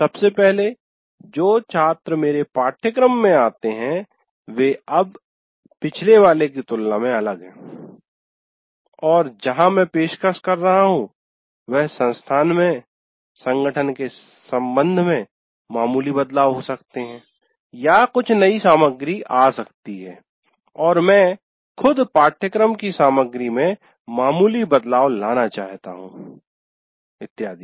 सबसे पहले जो छात्र मेरे पाठ्यक्रम में आते हैं वे अब पिछले वाले की तुलना में अलग हैं और जहां मैं पेशकश कर रहा हूं वह संस्थान में संगठन के संबंध में मामूली बदलाव हो सकते हैं या कुछ नई सामग्री आ सकती है और मैं खुद पाठ्यक्रम की सामग्री में मामूली बदलाव लाना चाहता हूं इत्यादि